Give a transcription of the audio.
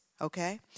okay